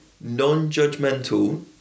non-judgmental